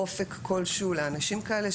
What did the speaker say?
אופק כלשהו לאנשים כאלה,